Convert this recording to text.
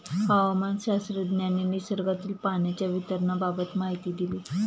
हवामानशास्त्रज्ञांनी निसर्गातील पाण्याच्या वितरणाबाबत माहिती दिली